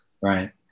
Right